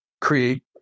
create